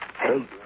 Hey